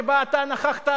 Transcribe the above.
שבה אתה נכחת,